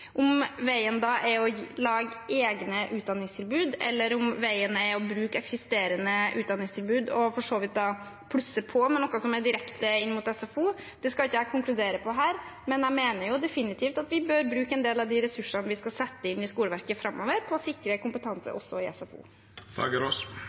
Om veien da er å lage egne utdanningstilbud, eller om veien er å bruke eksisterende utdanningstilbud og for så vidt plusse på med noe som er direkte inn mot SFO, skal ikke jeg konkludere på her. Men jeg mener definitivt at vi bør bruke en del av de ressursene vi skal sette inn i skoleverket framover, på å sikre kompetanse